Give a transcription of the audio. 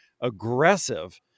aggressive